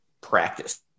practice